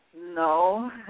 No